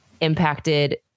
impacted